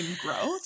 growth